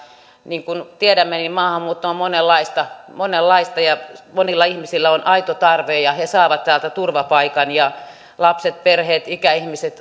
niin kuin tiedämme maahanmuuttoa on monenlaista monilla ihmisillä on aito tarve ja he saavat täältä turvapaikan lapset perheet ikäihmiset